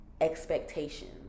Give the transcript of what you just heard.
expectations